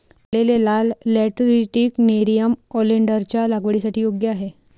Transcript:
काढलेले लाल lateritic nerium ओलेन्डरच्या लागवडीसाठी योग्य आहे